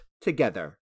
together